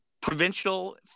provincial